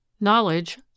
Knowledge